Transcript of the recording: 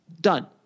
Done